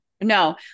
No